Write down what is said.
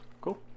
Cool